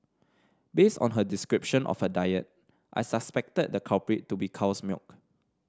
based on her description of her diet I suspected the culprit to be cow's milk